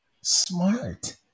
Smart